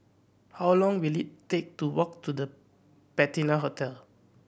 how long will it take to walk to The Patina Hotel